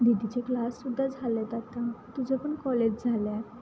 दीदीचे क्लाससुद्धा झालेत आता तुझं पण कॉलेज झाले आहे